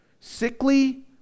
sickly